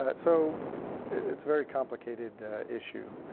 ah so it's very complicated issue.